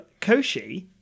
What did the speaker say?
koshi